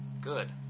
Good